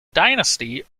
dynasty